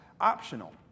optional